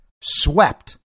swept